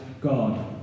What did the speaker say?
God